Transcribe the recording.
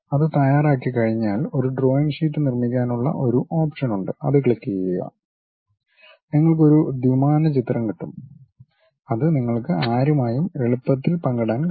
അത് തയാറാക്കി കഴിഞ്ഞാൽ ഒരു ഡ്രോയിംഗ് ഷീറ്റ് നിർമ്മിക്കാനുള്ള ഒരു ഓപ്ഷൻ ഉണ്ട് അത് ക്ളിക്ക് ചെയ്യുക നിങ്ങൾക്ക് ഒരു ദ്വിമാന ചിത്രം കിട്ടും അത് നിങ്ങൾക്ക് ആരുമായും എളുപ്പത്തിൽ പങ്കിടാൻ കഴിയും